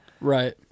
Right